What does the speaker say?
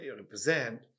represent